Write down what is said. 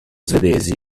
svedesi